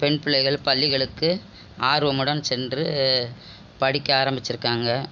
பெண் பிள்ளைகள் பள்ளிகளுக்கு ஆர்வமுடன் சென்று படிக்க ஆரமிச்சிருக்காங்க